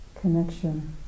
connection